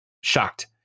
shocked